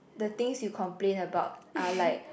the things you complaint about are like